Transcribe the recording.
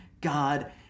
God